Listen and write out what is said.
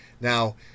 Now